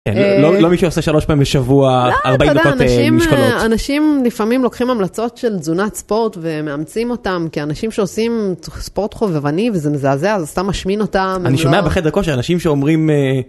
אנשים לפעמים לוקחים המלצות של תזונת ספורט ומאמצים אותם כאנשים שעושים ספורט חובבני וזה מזעזע סתם משמין אותם אני שומע בחדר כושר אנשים שאומרים.